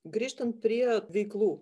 grįžtant prie veiklų